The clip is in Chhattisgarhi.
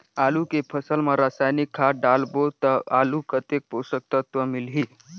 आलू के फसल मा रसायनिक खाद डालबो ता आलू कतेक पोषक तत्व मिलही?